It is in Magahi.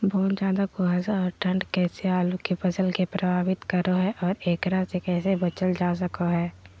बहुत ज्यादा कुहासा और ठंड कैसे आलु के फसल के प्रभावित करो है और एकरा से कैसे बचल जा सको है?